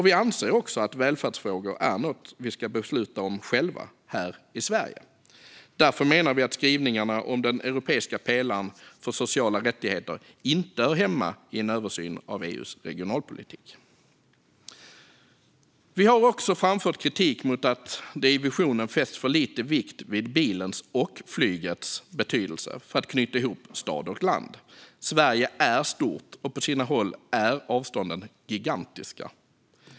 Vi anser också att välfärdsfrågor är något vi ska besluta om själva, här i Sverige. Därför menar vi att skrivningarna om den europeiska pelaren för sociala rättigheter inte hör hemma i en översyn av EU:s regionalpolitik. Vi har också framfört kritik mot att det i visionen fästs för lite vikt vid bilens och flygets betydelse för att knyta ihop stad och land. Sverige är stort, och på sina håll är avstånden gigantiska.